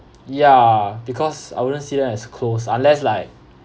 ya because I wouldn't see them as close unless like